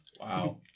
Wow